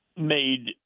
made